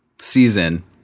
season